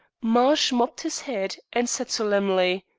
marsh mopped his head and said solemnly